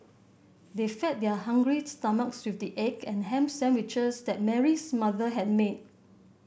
they fed their hungry stomachs with the egg and ham sandwiches that Mary's mother had made